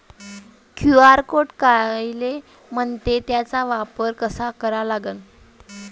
QR code कायले म्हनते, त्याचा वापर कसा करा लागन?